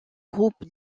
groupe